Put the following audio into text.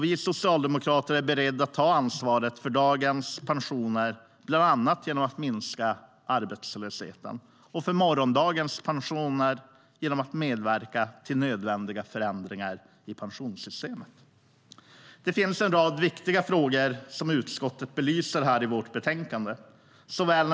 Vi socialdemokrater är beredda att ta ansvar för dagens pensioner, bland annat genom att minska arbetslösheten, och för morgondagens pensioner genom att medverka till nödvändiga förändringar i pensionssystemet. Det finns en rad viktiga frågor som utskottet belyser här i vårt betänkande.